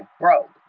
broke